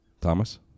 Thomas